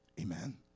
amen